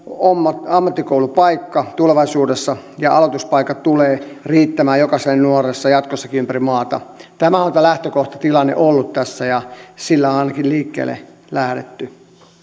ammattikoulupaikka tulevaisuudessa ja aloituspaikat tulevat riittämään jokaiselle nuorelle jatkossakin ympäri maata tämä on lähtökohtatilanne ollut tässä ja sillä on ainakin liikkeelle lähdetty